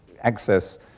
access